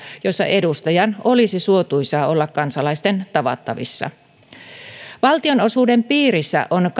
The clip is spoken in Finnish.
joissa edustajan olisi suotuisaa olla kansalaisten tavattavissa valtionosuuden piirissä on